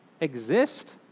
exist